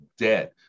dead